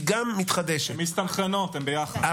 המקומיות ולמועצות האזוריות.